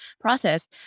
process